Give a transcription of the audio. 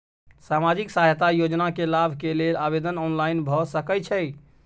सामाजिक सहायता योजना के लाभ के लेल आवेदन ऑनलाइन भ सकै छै?